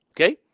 okay